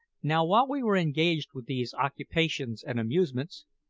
now, while we were engaged with these occupations and amusements,